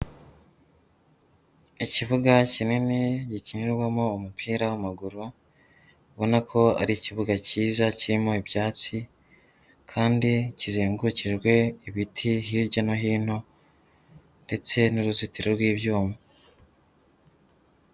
Ikibuga kinini gikinirwamo umupira w'amaguru, ubona ko ari ikibuga cyiza kirimo ibyatsi kandi kizengurukijwe ibiti hirya no hino ndetse n'uruzitiro rw'ibyuma.